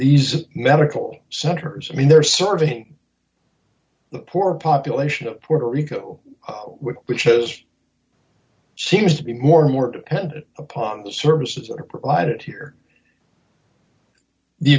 these medical centers i mean they're serving the poor population of puerto rico which has seems to be more and more dependent upon the services are provided here the